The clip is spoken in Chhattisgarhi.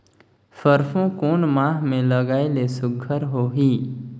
सरसो कोन माह मे लगाय ले सुघ्घर होही?